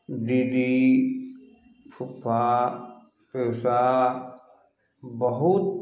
दीदी फुफा पीसा बहुत